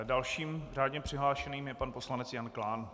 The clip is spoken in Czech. Dalším řádně přihlášeným je pan poslanec Jan Klán.